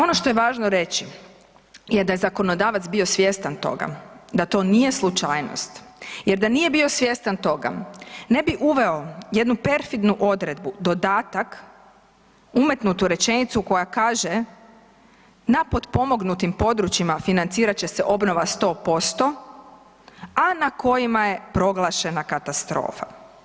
Ono što je važno reći je da je zakonodavac bio svjestan toga da to nije slučajnost jer da nije bio svjestan toga, ne bi uveo jednu perfidnu odredbu, dodatak umetnut u rečenicu koja kaže, na potpomognutim područjima financirat će se obnova 100%, a na kojima je proglašena katastrofa.